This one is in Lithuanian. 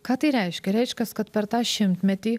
ką tai reiškia reiškias kad per tą šimtmetį